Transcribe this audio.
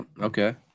okay